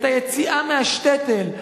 את היציאה מהשטעטל,